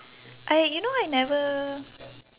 I you know I never